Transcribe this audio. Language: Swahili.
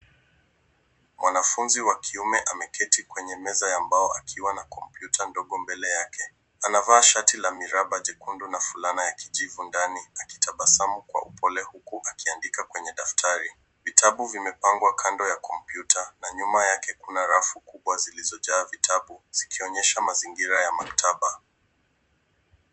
Mwanafunzi wa kiume ameketi kwenye meza ya mbao akiwa na kompyuta ndogo mbele yake. Anavaa shati la miraba jekundu na fulana ya kijivu ndani akitabasamu kwa upole huku akiandika kwenye daftari. Vitabu vimepangwa kando ya kompyuta na nyuma yake kuna rafu kubwa zilizojaa vitabu, zikionyesha mazingira ya maktaba.